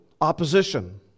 opposition